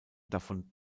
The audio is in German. davon